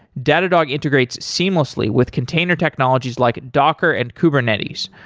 datadog integrates seamlessly with container technologies like docker and kubernetes,